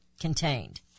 contained